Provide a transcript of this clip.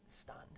stunned